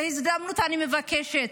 בהזדמנות זו אני מבקשת: